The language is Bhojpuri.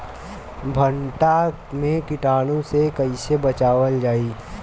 भनटा मे कीटाणु से कईसे बचावल जाई?